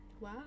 Wow